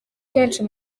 kenshi